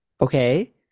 Okay